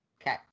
Okay